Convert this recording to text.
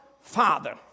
Father